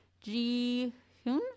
Ji-hyun